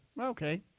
Okay